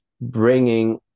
bringing